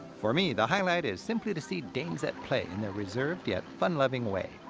for me, the highlight is simply to see danes at play in their reserved yet fun-loving way.